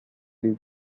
the